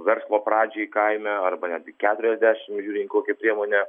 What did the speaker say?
verslo pradžiai kaime arba netgi keturiasdešim žiūrint į kokią priemonę